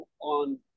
on